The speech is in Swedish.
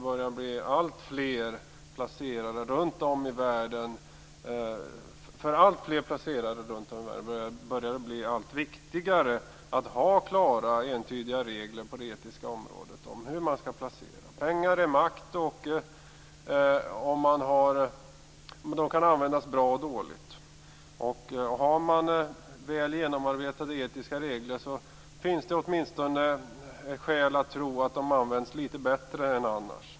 För alltfler placerare runt om i världen börjar det ju bli allt viktigare att ha klara och entydiga regler på det etiska området när det gäller hur man skall placera. Pengar är makt, och pengar kan användas både bra och dåligt. Har man väl genomarbetade etiska regler finns det åtminstone skäl att tro att de används litet bättre än annars.